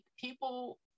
people